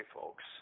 folks